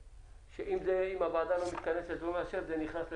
שאם הוועדה לא מתכנסת ולא מאשרת זה נכנס לתוקף.